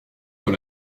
dans